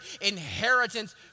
inheritance